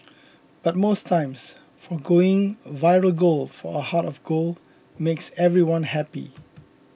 but most times foregoing viral gold for a heart of gold makes everyone happy